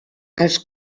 els